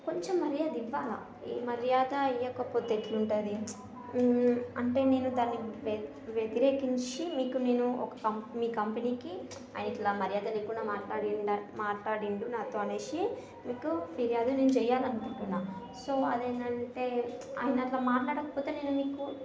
కొంచెం మర్యాద ఇవ్వాలి ఈ మర్యాద ఇవ్వకపోతే ఎట్లా ఉంటుంది అంటే నేను దాన్ని వ్యతిరేకించి మీకు నేను ఒక మీ కంపెనీకి ఆయన ఇట్లా మర్యాద లేకుండా మాట్లాడాడ మాట్లాడాడు నాతో అనేసి మీకు ఫిర్యాదు నేను చెయ్యాలని అనుకుంటున్నా సో అది ఏంటంటే ఆయన అట్లా మాట్లాడకపోతే నేను మీకు